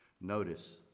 Notice